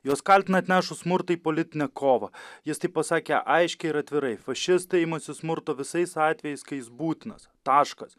juos kaltina atnešus smurtą į politinę kovą jis taip pasakė aiškiai ir atvirai fašistai imasi smurto visais atvejais kai jis būtinas taškas